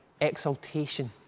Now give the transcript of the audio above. exaltation